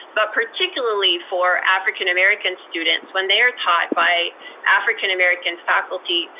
but particularly for african american students, when they're taught by african american faculty,